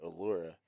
Allura